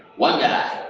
one guy!